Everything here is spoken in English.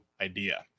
idea